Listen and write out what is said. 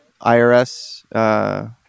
irs